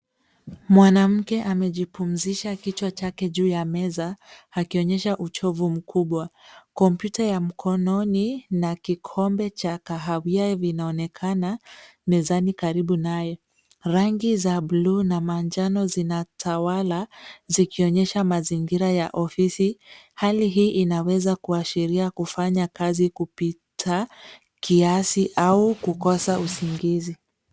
Mwanamke amejipumzisha kichwa chake juu ya meza akionyesha uchovu mkubwa. Komputa ya mkononi na kikombe cha kahawia vinaonekana mezani karibu naye. Rangi za bluu na manjano zinatawala zikionyesha mazingira ya ofisi. Hali hii inaweza kuashiria kufanya kazi kupita kiasi au kukosa usingizi.